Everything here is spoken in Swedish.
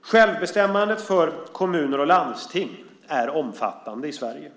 Självbestämmandet för kommuner och landsting är omfattande i Sverige.